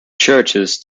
churches